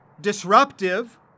disruptive